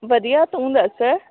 ਵਧੀਆ ਤੂੰ ਦੱਸ